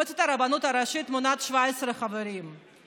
מועצת הרבנות הראשית מונה עד 17 חברים,